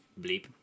bleep